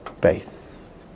Base